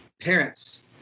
parents